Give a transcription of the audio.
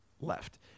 left